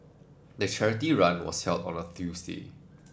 the charity run was held on a Tuesday